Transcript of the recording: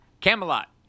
Camelot